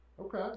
Okay